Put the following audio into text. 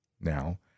now